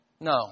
No